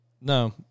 No